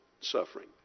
suffering